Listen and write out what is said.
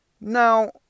Now